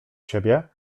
siebie